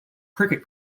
cricket